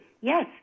yes